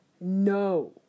no